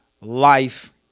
life